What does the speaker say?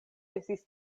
estis